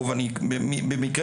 ובמשפט אחד אני